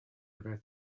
about